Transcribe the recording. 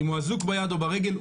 אם הוא אזוק ביד או ברגל,